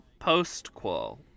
postquel